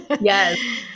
Yes